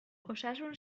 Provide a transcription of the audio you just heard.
osasun